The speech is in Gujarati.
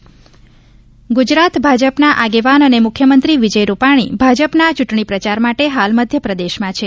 સીએમ મધ્યપ્રદેશ ગુજરાત ભાજપના આગેવાન અને મુખ્યમંત્રી વિજય રૂપાછી ભાજપના ચૂંટછી પ્રચાર માટે હાલ મધ્યપ્રદેશમાં છે